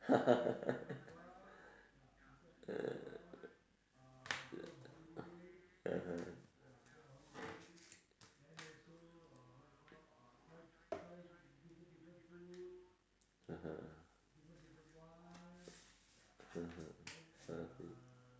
(uh huh) (uh huh) (uh huh)